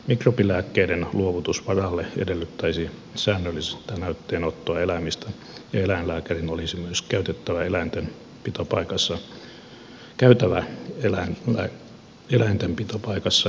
mikrobilääkkeiden luovutus edellyttäisi säännöllistä näytteenottoa eläimistä ja eläinlääkärin olisi myös käytävä eläinten pitopaikassa terveydenhuoltokäynnillä säännöllisesti